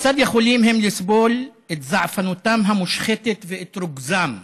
כיצד יכולים הם לסבול את זעפנותם המושחתת ואת רוגזם,